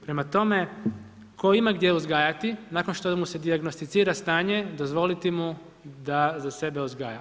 Prema tome, tko ima gdje uzgajati nakon što mu se dijagnosticira stanje, dozvoliti mu da za sebe uzgaja.